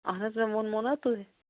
اَہَن حظ ووٚنمَو نا تُہۍ